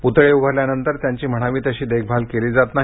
पुतळे उभारल्यानंतर त्यांची म्हणावी तशी देखभाल केली जात नाही